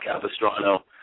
Capistrano